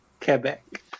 Quebec